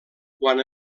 quan